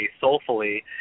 soulfully